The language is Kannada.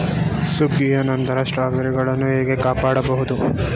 ಸುಗ್ಗಿಯ ನಂತರ ಸ್ಟ್ರಾಬೆರಿಗಳನ್ನು ಹೇಗೆ ಕಾಪಾಡ ಬಹುದು?